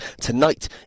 Tonight